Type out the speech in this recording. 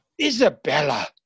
isabella